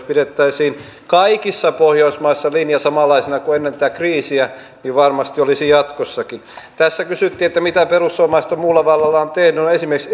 pidettäisiin kaikissa pohjoismaissa linja samanlaisena kuin ennen tätä kriisiä niin varmasti olisi jatkossakin tässä kysyttiin mitä perussuomalaiset on muulla vallallaan tehnyt no esimerkiksi